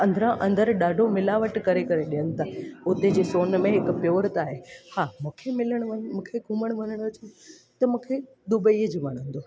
अंदरां अंदर ॾाढो मिलावट करे करे ॾियनि था उते जे सोन में हिक प्योर त आहे हा मूंखे मिलणु वञु मूंखे घुमण वञण जी त मूंखे दुबई च वणंदो आहे